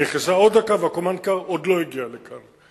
נכנסת עוד דקה והקומנדקר עוד לא הגיע לכאן.